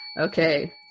Okay